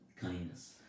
kindness